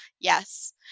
Yes